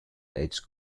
age